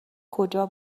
کجا